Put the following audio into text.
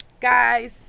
guys